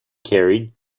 carried